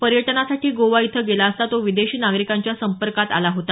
पर्यटनासाठी गोवा इथं गेला असता तो विदेशी नागरिकांच्या संपर्कात आला होता